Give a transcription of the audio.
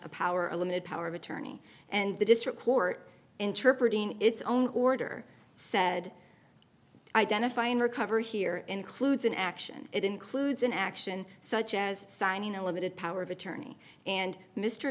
a power a limited power of attorney and the district court interpret in its own order said identify and recover here includes an action it includes an action such as signing a limited power of attorney and mr